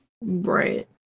Right